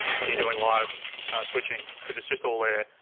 when you're doing live switching, cause it's just all there.